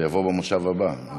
זה יבוא במושב הבא.